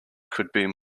could